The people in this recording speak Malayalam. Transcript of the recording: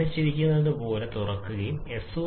ഇത് 1 1 ൽ കുറവാണെങ്കിൽ അതിന്റെ അർത്ഥമെന്താണ്